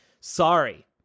sorry